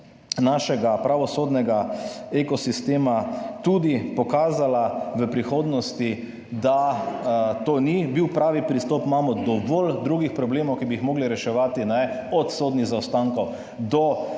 našega pravosodnega ekosistema tudi pokazala, da to ni bil pravi pristop. Imamo dovolj drugih problemov, ki bi jih morali reševati, od sodnih zaostankov do